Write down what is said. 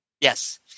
Yes